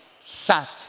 sat